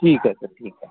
ठीक आहे सर ठीक आहे